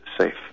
safe